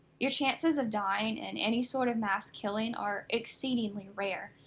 your chances of dying in any sort of mass killing are exceedingly rare,